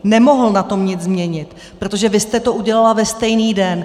Nemohl na tom nic změnit, protože vy jste to udělala ve stejný den.